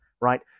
Right